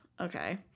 Okay